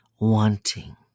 wanting